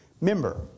member